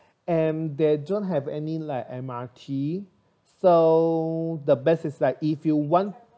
and they don't have any like M_R_T so the best is that if you want